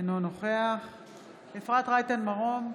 אינו נוכח אפרת רייטן מרום,